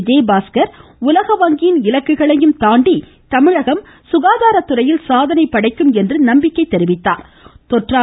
விஜயபாஸ்கா் உலக வங்கியின் இலக்குகளையும் தாண்டி தமிழகம் சுகாதாரத்துறையில் சாதனை படைக்கும் என்று நம்பிக்கை தெரிவித்தார்